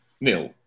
Nil